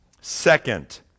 Second